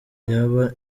yaba